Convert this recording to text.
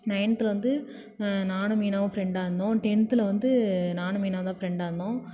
நைன்த்துல வந்து நானும் மீனாவும் ஃப்ரெண்டாக இருந்தோம் டென்த்தில் வந்து நானும் மீனாவுந்தான் ஃப்ரெண்டாக இருந்தோம்